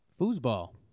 Foosball